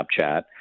Snapchat